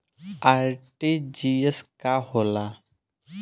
RTGS का होला?